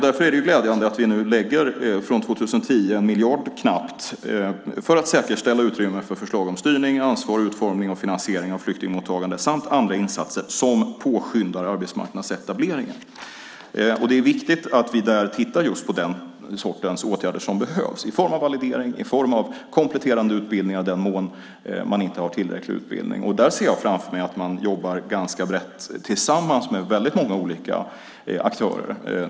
Därför är det glädjande att vi från 2010 lägger 1 miljard knappt för att säkerställa utrymme för förslag om styrning, ansvar, utformning och finansiering av flyktingmottagande samt andra insatser som påskyndar arbetsmarknadsetableringen. Det är viktigt att vi tittar just på den sortens åtgärder som behövs i form av validering och kompletterande utbildningar i den mån man inte har tillräcklig utbildning. Jag ser framför mig att man jobbar brett tillsammans med många olika aktörer.